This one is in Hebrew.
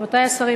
רבותי השרים,